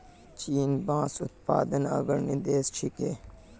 चीन बांस उत्पादनत अग्रणी देश छिके